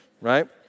Right